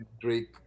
Drake